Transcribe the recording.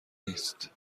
نیست